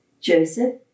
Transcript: Joseph